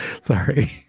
Sorry